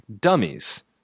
dummies